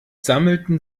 sammelten